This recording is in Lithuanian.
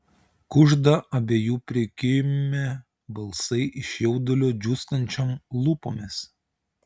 kužda abiejų prikimę balsai iš jaudulio džiūstančiom lūpomis